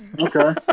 okay